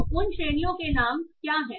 तो उन श्रेणियों के नाम क्या हैं